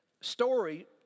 story